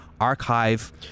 archive